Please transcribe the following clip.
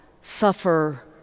suffer